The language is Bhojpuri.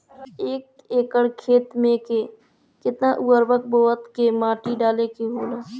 एक एकड़ खेत में के केतना उर्वरक बोअत के माटी डाले के होला?